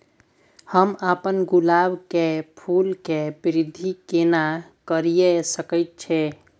हम अपन गुलाब के फूल के वृद्धि केना करिये सकेत छी?